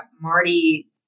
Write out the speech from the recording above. Marty